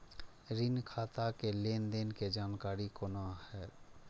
ऋण खाता के लेन देन के जानकारी कोना हैं?